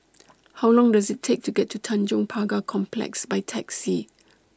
How Long Does IT Take to get to Tanjong Pagar Complex By Taxi